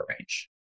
range